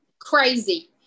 crazy